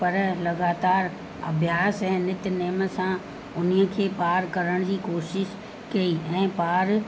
पर लॻातारि अभ्यास ऐं नित नेम सां उन खे पार करण जी कोशिश कई ऐं पार